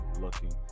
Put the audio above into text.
looking